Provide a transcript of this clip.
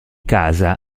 casa